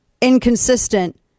inconsistent